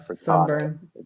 sunburn